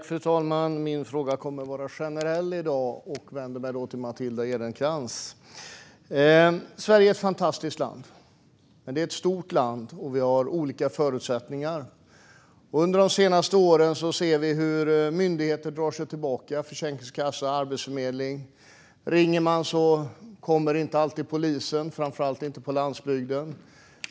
Fru talman! Min fråga är i dag generell, och jag vänder mig därför till Matilda Ernkrans. Sverige är ett fantastiskt land, men det är ett stort land där vi har olika förutsättningar. Under de senaste åren har vi sett hur myndigheter har dragit sig tillbaka, som Försäkringskassan och Arbetsförmedlingen. Polisen kommer inte alltid när man ringer, framför allt inte på landsbygden.